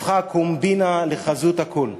הפכה הקומבינה לחזות הכול.